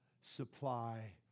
supply